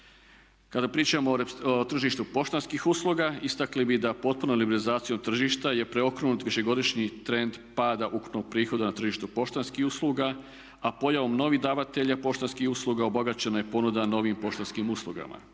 Kada pričamo o tržištu poštanskih usluga istakli bi da potpunom liberalizacijom tržišta je preokrenut višegodišnji trend pada ukupnog prihoda na tržištu poštanskih usluga a pojavom novih davatelja poštanskih usluga obogaćena je ponuda novim poštanskim uslugama.